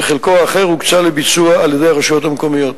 וחלקו האחר הוקצה לביצוע על-ידי הרשויות המקומיות.